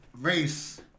race